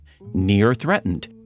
near-threatened